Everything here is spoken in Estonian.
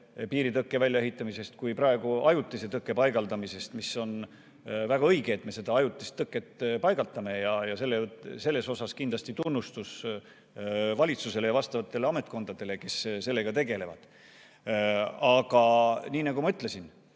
piiritõkke väljaehitamisest kui ka praegu ajutise tõkke paigaldamisest. See on väga õige, et me seda ajutist tõket paigaldame, ja selle eest kindlasti tunnustus valitsusele ja vastavatele ametkondadele, kes sellega tegelevad. Aga nagu ma ütlesin,